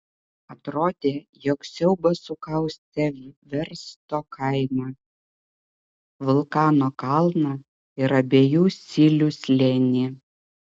atrodė jog siaubas sukaustė versto kaimą vulkano kalną ir abiejų silių slėnį